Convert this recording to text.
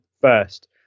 first